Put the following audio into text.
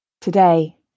Today